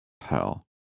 Hell